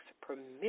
permission